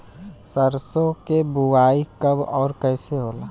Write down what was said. सरसो के बोआई कब और कैसे होला?